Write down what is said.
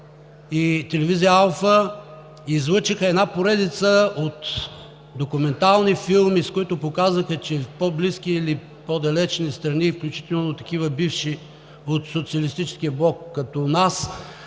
телевизия АЛФА излъчиха поредица от документални филми, с които показаха, че в по-близки или в по далечни страни, включително бивши, от социалистическия блок като нас,